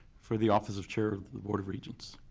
for the office of chair of the board of regents.